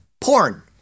porn